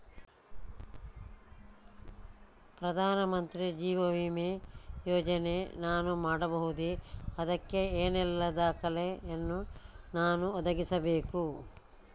ಪ್ರಧಾನ ಮಂತ್ರಿ ಜೀವ ವಿಮೆ ಯೋಜನೆ ನಾನು ಮಾಡಬಹುದೇ, ಅದಕ್ಕೆ ಏನೆಲ್ಲ ದಾಖಲೆ ಯನ್ನು ನಾನು ಒದಗಿಸಬೇಕು?